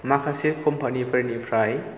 माखासे कम्पानिफोरनिफ्राय